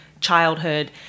childhood